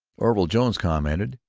orville jones commented,